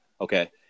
Okay